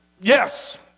Yes